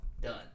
done